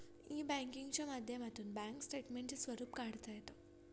E बँकिंगच्या माध्यमातून bank स्टेटमेंटचे स्वरूप काढता येतं